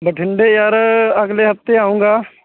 ਬਠਿੰਡੇ ਯਾਰ ਅਗਲੇ ਹਫ਼ਤੇ ਆਉਂਗਾ